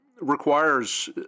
requires